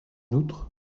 outre